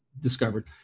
discovered